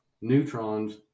neutrons